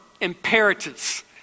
imperatives